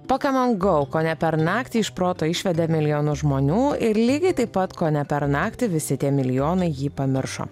pokemon go kone per naktį iš proto išvedė milijonus žmonių ir lygiai taip pat kone per naktį visi tie milijonai jį pamiršo